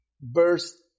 verse